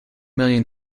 million